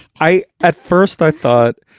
i at first i thought,